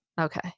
Okay